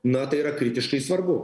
na tai yra kritiškai svarbu